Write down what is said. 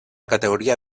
categoría